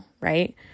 right